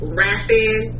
rapping